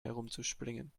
herumzuspringen